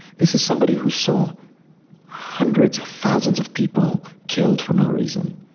this is somebody who saw hundreds of thousands of people killed for no reason,